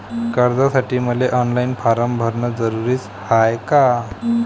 कर्जासाठी मले online form भरन जरुरीच हाय का?